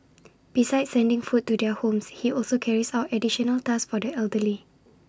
besides sending food to their homes he also carries out additional tasks for the elderly